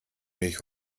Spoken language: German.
mich